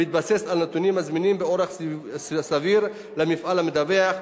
בהתבסס על נתונים הזמינים באורח סביר למפעל המדווח,